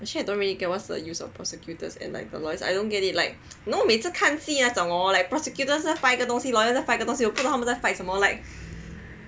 actually I don't really get what's the use of prosecutors and like the lawyers I don't get it you know 每一次看戏 prosecutors fight 一个东西 lawyers fight 一个东西我不懂在他们在 fight 什么 like !huh! I don't get